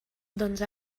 doncs